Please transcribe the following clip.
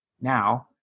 Now